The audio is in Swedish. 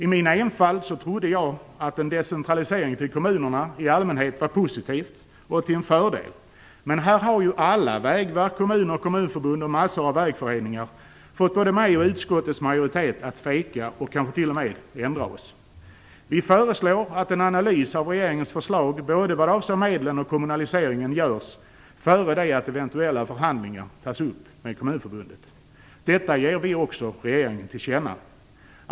I min enfald trodde jag att en decentralisering till kommunerna i allmänhet var positiv och till en fördel, men här har ju alla - Vägverket, kommuner, Kommunförbundet och massor av vägföreningar - fått både mig och utskottets majoritet att tveka och kanske t.o.m. ändra oss. Vi föreslår att en analys av regeringens förslag både vad avser medlen och kommunaliseringen görs före det att eventuella förhandlingar tas upp med Kommunförbundet. Detta ger vi också regeringen till känna.